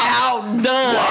outdone